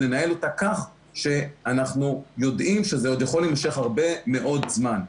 לנהל אותה כך שאנחנו יודעים שזה עוד יכול להימשך הרבה מאוד זמן.